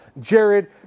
Jared